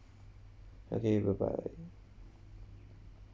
okay bye bye